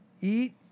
eat